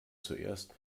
zuerst